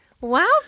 Wow